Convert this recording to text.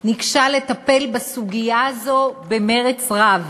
ניגשה לטפל בסוגיה הזאת במרץ רב,